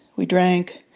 we drank.